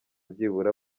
byibura